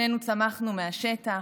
שנינו צמחנו מהשטח,